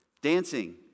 Dancing